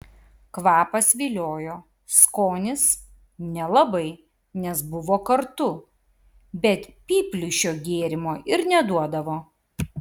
kvapas viliojo skonis nelabai nes buvo kartu bet pypliui šio gėrimo ir neduodavo